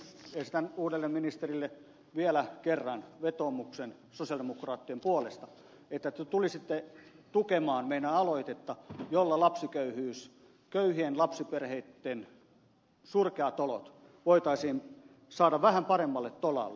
esitän uudelle ministerille vielä kerran vetoomuksen sosialidemokraattien puolesta että te tulisitte tukemaan meidän aloitettamme jolla lapsiköyhyys köyhien lapsiperheitten surkeat olot voitaisiin saada vähän paremmalle tolalle